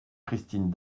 christine